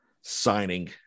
signing